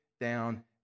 down